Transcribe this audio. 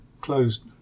closed